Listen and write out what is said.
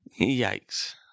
Yikes